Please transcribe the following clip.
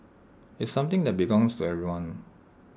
it's something that belongs to everyone